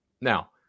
Now